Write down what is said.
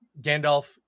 Gandalf